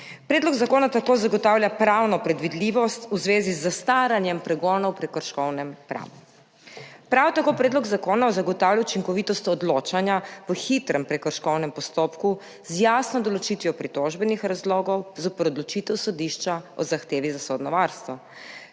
Predlog zakona tako zagotavlja pravno predvidljivost v zvezi z zastaranjem pregona v prekrškovnem pravu. Prav tako predlog zakona zagotavlja učinkovitost odločanja v hitrem prekrškovnem postopku z jasno določitvijo pritožbenih razlogov zoper odločitev sodišča o zahtevi za sodno varstvo.